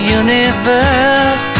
universe